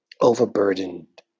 overburdened